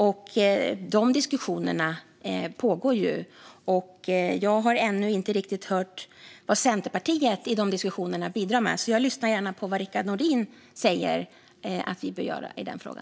Dessa diskussioner pågår, och jag har ännu inte hört vad Centerpartiet bidrar med i dessa diskussioner. Jag lyssnar därför gärna på vad Rickard Nordin säger att vi bör göra i denna fråga.